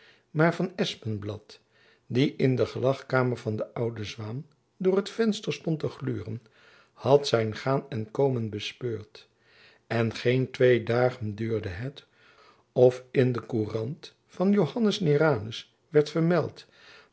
maar van espenblad die in de gelagkamer van de oude zwaen door het venster stond te gluren had zijn gaan en komen bespeurd en geen twee dagen duurde het of in de koerant van joannes naeranus werd vermeld